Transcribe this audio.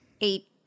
Eight